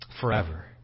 forever